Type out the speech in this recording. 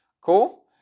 Cool